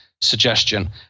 suggestion